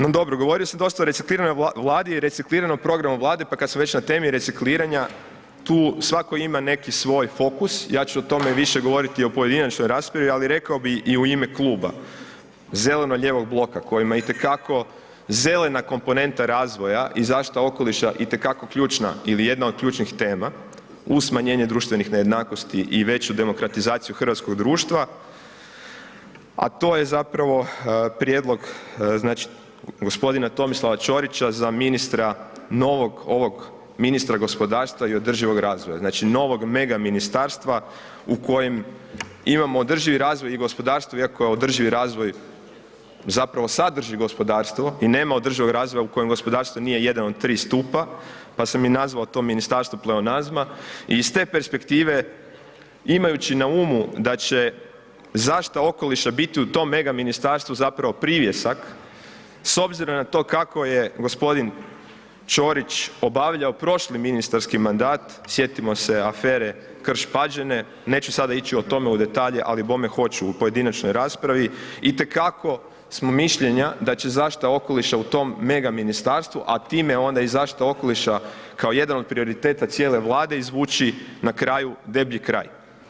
No dobro, govorilo se dosta o resetiranju Vlade i recikliranom programu Vlade pa kad sam već na temi recikliranja, tu svako ima neki svoj fokus, ja ću o tome više govoriti u pojedinačnoj raspravi ali rekao bi i u ime kluba zeleno-lijevog bloka kojemu je itekako zelena komponenta razvoja i zaštita okoliša itekako ključna ili jedna od ključnih tema uz smanjenje društvenih nejednakosti i veću demokratizaciju hrvatskog društva a to je zapravo prijedlog, znači g. Tomislava Čorića za ministra novog ovog ministra gospodarstva i održivog razvoja, znači novog mega ministarstva u kojem imamo održivi razvoj i gospodarstvo iako je održivi razvoj zapravo sadrži gospodarstvo i nema održivog razvoja u kojem gospodarstvo nije jedan od tri stupa pa sam i nazvao to ministarstvo pleonazma i iz te perspektive imajući na umu da će zaštita okoliša biti u tom mega ministarstvu zapravo privjesak, s obzirom na to kako je g. Čorić obavljao prošli ministarski mandat, sjetimo se afere Krš Pađene, neću sada ići o tome u detalje, ali bome hoću u pojedinačnoj raspravi, itekako smo mišljenja da će zaštita okoliša u tom mega ministarstvu a time onda i zaštita okoliša kao jedan od prioriteta cijele Vlade, izvući na kraju deblji kraj.